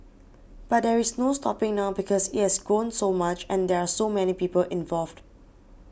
but there is no stopping now because it has grown so much and there are so many people involved